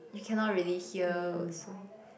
you cannot really hear also